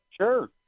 Sure